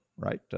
Right